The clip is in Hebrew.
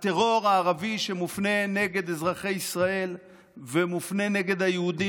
הטרור הערבי שמופנה נגד אזרחי ישראל ומופנה נגד היהודים